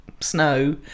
snow